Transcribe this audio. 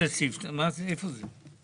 למה אתם רוצים להוריד אותה?